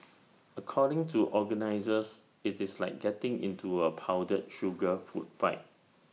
according to organisers IT is like getting into A powdered sugar food fight